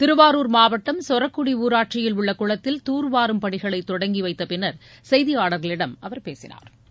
திருவாரூர் மாவட்டம் சொரக்குடி ஊராட்சியில் உள்ள குளத்தில் தூர்வாரும் பணிகளை தொடங்கி வைத்தப் பின்னா் செய்தியாளா்களிடம் அவா் பேசினாா்